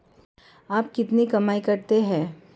आप कितनी कमाई करते हैं?